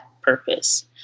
purpose